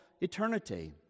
eternity